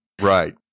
Right